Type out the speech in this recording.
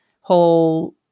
whole